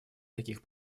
таких